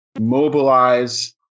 mobilize